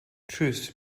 tschüss